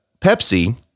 Pepsi